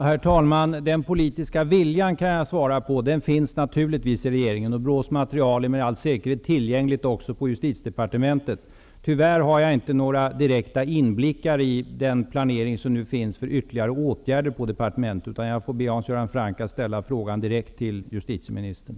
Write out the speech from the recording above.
Herr talman! Politisk vilja finns det naturligtvis i regeringen. BRÅ:s material finns säkert tillgängligt också på Justitiedepartementet. Tyvärr har jag inte någon direkt inblick i den planering som nu pågår för ytterligare åtgärder på departementet. Jag får be Hans Göran Franck att ställa frågan direkt till justitieministern.